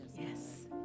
Yes